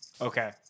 Okay